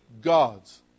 God's